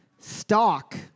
Stock